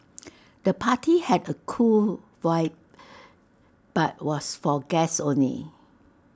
the party had A cool vibe but was for guests only